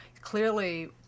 Clearly